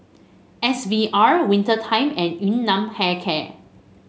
S V R Winter Time and Yun Nam Hair Care